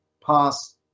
pass